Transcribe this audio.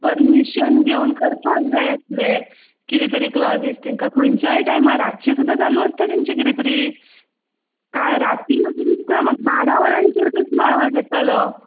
permission घेवन करपाक जाय आसलें कितें तरी क्लोजीस तांकां खंयचाय टायमार रातचें सुद्दां चालू आसता तांचें कितें तरी काल राती पासून दिसता म्हाका बरा वरार पासून कसलो आवाज येतालो